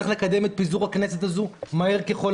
צריך לקדם את פיזור הכנסת הזו מהר ככל